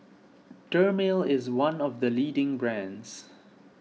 Dermale is one of the leading brands